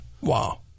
Wow